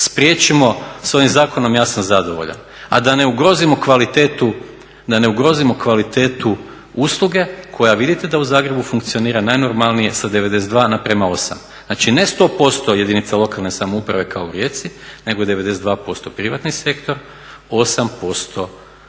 spriječimo sa ovim zakonom ja sam zadovoljan a da ne ugrozimo kvalitetu usluge koja vidite da u Zagrebu funkcionira najnormalnije sa 92 naprama 8. Znači, ne sto posto jedinica lokalne samouprave kao u Rijeci nego 92% privatni sektor, 8%